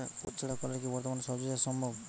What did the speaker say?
কুয়োর ছাড়া কলের কি বর্তমানে শ্বজিচাষ সম্ভব?